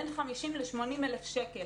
בין 50,000 ל-80,000 שקל,